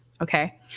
Okay